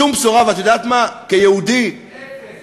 שום בשורה, ואת יודעת מה, כיהודי, אפס.